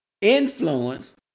influence